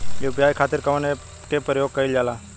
UPI खातीर कवन ऐपके प्रयोग कइलजाला?